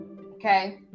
okay